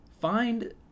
Find